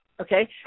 okay